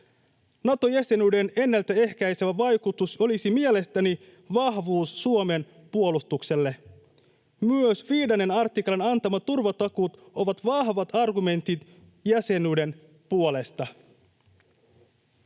Nato-jäsenyyden ennaltaehkäisevä vaikutus olisi mielestäni vahvuus Suomen puolustukselle. Myös 5 artiklan antamat turvatakuut ovat vahvat argumentit jäsenyyden puolesta.